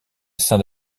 saint